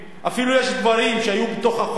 אפילו יש דברים שהיו בתוך החוק,